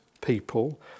people